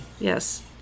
Yes